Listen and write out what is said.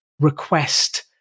request